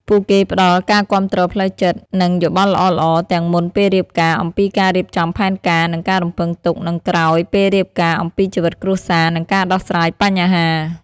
ពួកគេផ្ដល់ ការគាំទ្រផ្លូវចិត្ត និងយោបល់ល្អៗ ទាំង មុន ពេលរៀបការ អំពីការរៀបចំផែនការ និងការរំពឹងទុក និង ក្រោយ ពេលរៀបការ អំពីជីវិតគ្រួសារ និងការដោះស្រាយបញ្ហា។